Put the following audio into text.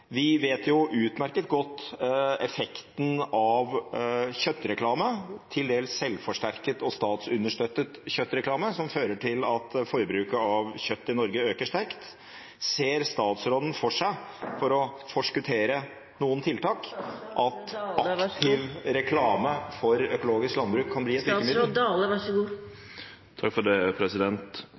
Vi vet utmerket godt effekten av kjøttreklame, til dels selvforsterket og statsunderstøttet kjøttreklame, som fører til at forbruket av kjøtt i Norge øker sterkt. Ser statsråden for seg – for å forskuttere noen tiltak – at aktiv reklame for økologisk landbruk kan bli